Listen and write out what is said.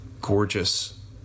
gorgeous